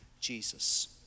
Jesus